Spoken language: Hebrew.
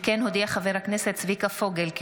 כמו כן הודיע חבר הכנסת צביקה פוגל כי